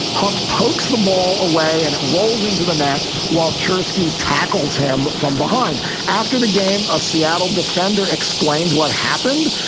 hunte pokes the ball away and it rolls into the net while czerski tackles him from behind. after the game, a seattle defender explained what happened.